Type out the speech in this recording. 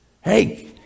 Hey